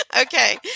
okay